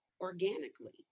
organically